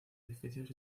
edificios